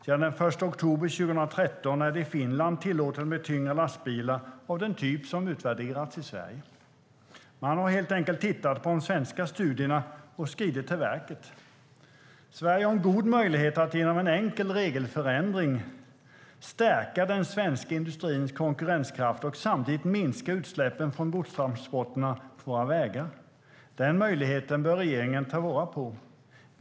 Från den 1 oktober 2013 är det i Finland tillåtet med tyngre lastbilar av den typ som utvärderats i Sverige. Man har helt enkelt tittat på de svenska studierna och skridit till verket. Sverige har en god möjlighet att genom en enkel regelförändring stärka den svenska industrins konkurrenskraft och samtidigt minska utsläppen från godstransporterna på våra vägar. Den möjligheten bör regeringen ta vara på.